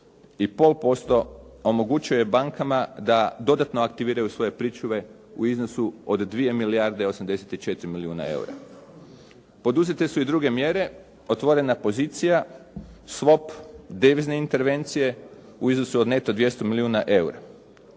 32 na 28,5% omogućuje bankama da dodatno aktiviraju svoje pričuve u iznosu od 2 milijarde 84 milijuna eura. Poduzete su i druge mjere, otvorena pozicija, SWAP, devizne intervencije u iznosu od neto 200 milijuna eura.